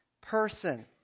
person